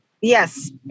Yes